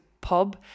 pub